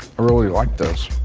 really like those.